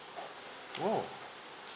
oh